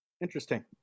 Interesting